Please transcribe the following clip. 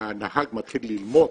הנהג מתחיל ללמוד